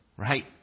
Right